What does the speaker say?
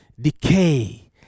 decay